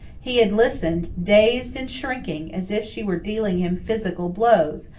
he had listened, dazed and shrinking, as if she were dealing him physical blows,